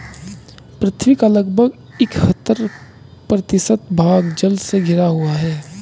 पृथ्वी का लगभग इकहत्तर प्रतिशत भाग जल से घिरा हुआ है